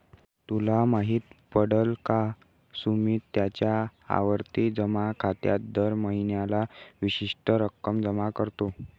तुला माहित पडल का? सुमित त्याच्या आवर्ती जमा खात्यात दर महीन्याला विशिष्ट रक्कम जमा करतो